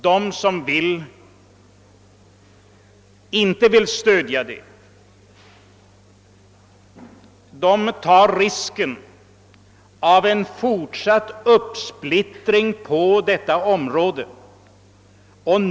De som inte vill stödja det förslaget tar risken av en fortsatt uppsplittring på detta område.